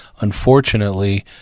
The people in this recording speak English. unfortunately